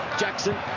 Jackson